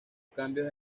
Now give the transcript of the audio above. cambios